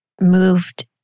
moved